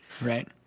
Right